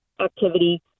activity